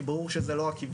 כי דבר שזה לא הכיוון,